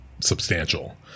substantial